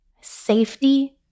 safety